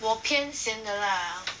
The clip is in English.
我偏咸的 lah